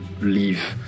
leave